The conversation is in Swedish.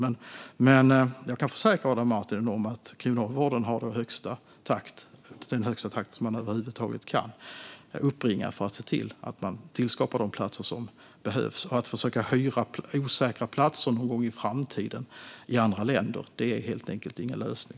Men jag kan försäkra Adam Marttinen om att Kriminalvården håller så hög takt som man över huvud taget kan för att tillskapa de platser som behövs. Att försöka hyra osäkra platser i andra länder någon gång i framtiden är helt enkelt ingen lösning.